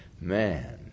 Man